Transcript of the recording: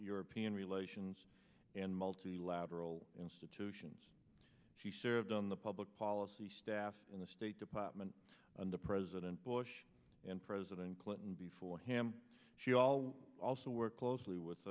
european relations and multilateral institutions she served on the public policy staff in the state department under president bush and president clinton before him she always also worked closely with